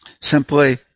simply